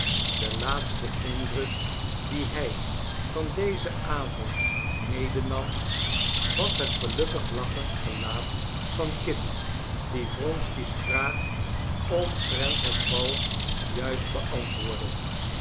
de laatste indruk dien hij van dezen avond mede nam was het gelukkig lachend gelaat van kitty die wronsky's vraag omtrent het bal juist beantwoordde